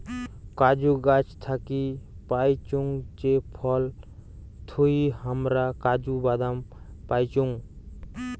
কাজু গাছ থাকি পাইচুঙ যে ফল থুই হামরা কাজু বাদাম পাইচুং